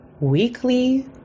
weekly